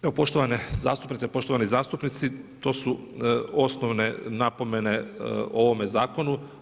Evo, poštovane zastupnice, poštovani zastupnici, to su osnovne napomene o ovome zakonu.